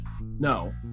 No